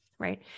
right